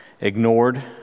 ignored